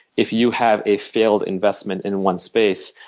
if you have a failed investment in one space,